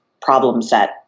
problem-set